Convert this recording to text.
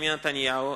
בנימין נתניהו,